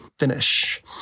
finish